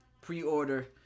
pre-order